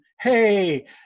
hey